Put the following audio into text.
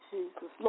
Jesus